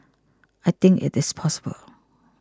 I think it is possible